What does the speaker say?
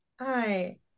Hi